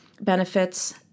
benefits